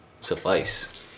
suffice